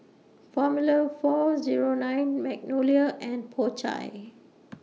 Formula four Zero nine Magnolia and Po Chai